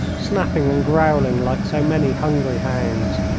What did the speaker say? snapping and growling like so many hungry hounds.